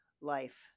life